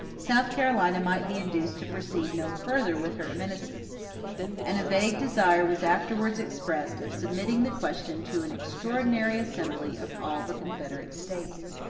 south carolina might be induced to proceed no further with her menaces and a vague desire was afterwards expressed of submitting the question to an extraordinary assembly of all the confederate states.